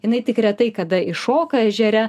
jinai tik retai kada iššoka ežere